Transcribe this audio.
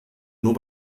nur